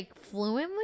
fluently